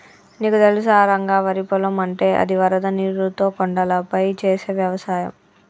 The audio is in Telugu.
నీకు తెలుసా రంగ వరి పొలం అంటే అది వరద నీరుతో కొండలపై చేసే వ్యవసాయం